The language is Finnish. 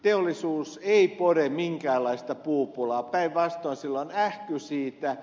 teollisuus ei pode minkäänlaista puupulaa päinvastoin sillä on ähky siitä